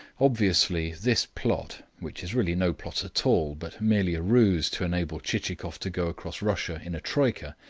obviously, this plot, which is really no plot at all but merely a ruse to enable chichikov to go across russia in a troika,